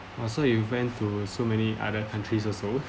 oh so you went to so many other countries also